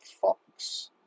fox